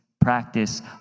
practice